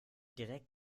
direkt